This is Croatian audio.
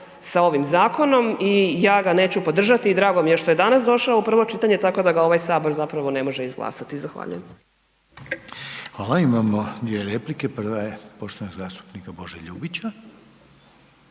sa ovim zakonom i ja ga neću podržati i drago mi je što je danas došao u prvo čitanje, tako da ga ovaj Sabor zapravo ne može izglasati. Zahvaljujem. **Reiner, Željko (HDZ)** Hvala, imamo dvije replike, prva je poštovanog zastupnika Bože Ljubića.